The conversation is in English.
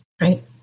Right